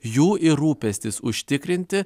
jų ir rūpestis užtikrinti